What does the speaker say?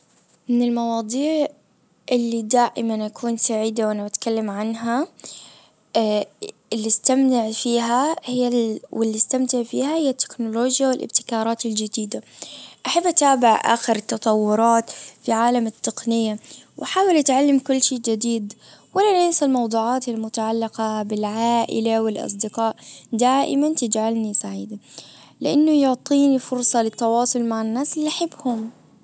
من المواضيع اللي دائما اكون سعيدة وانا بتكلم عنها اللي استمتع فيها هي واللي استمتع فيها هي التكنولوجيا والابتكارات الجديدة. احب اتابع اخر التطورات في عالم التقنية وأحاول أتعلم كل شي جديد ولا ننسى الموضوعات المتعلقة بالعائلة والاصدقاء دائما تجعلني سعيدة لانه يعطيني فرصة للتواصل مع الناس اللي أحبهم.